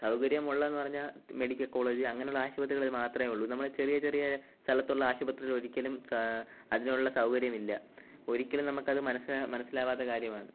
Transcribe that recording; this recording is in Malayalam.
സൗകര്യമുള്ളതെന്ന് പറഞ്ഞാല് മെഡിക്കല് കോളേജ് അങ്ങനുള്ള ആശുപത്രികളില് മാത്രമേ ഉള്ളൂ നമ്മളെ ചെറിയെ ചെറിയെ സ്ഥലത്തുള്ള ആശുപത്രിയിലൊരിക്കലും അതിനുള്ള സൗകര്യമില്ല ഒരിക്കലും നമ്മള്ക്കത് മനസ്സിലാവാതെ കാര്യമാണ്